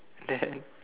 then